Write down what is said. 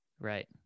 Right